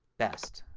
best,